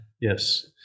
Yes